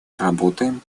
работаем